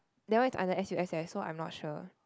that one is under s_u_s_s so I'm not sure